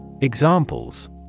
Examples